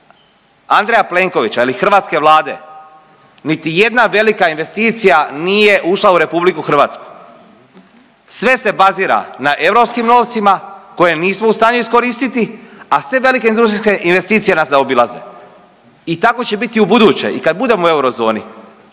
Andreja Plenkovića ili hrvatske vlade niti jedna velika investicija nije ušla u RH. Sve se bazira na europskim novcima koje nismo u stanju iskoristiti, a sve velike industrijske investicije nas zaobilaze. I tako će biti i ubuduće i kad budemo u eurozoni.